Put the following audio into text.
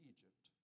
Egypt